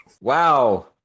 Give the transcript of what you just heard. Wow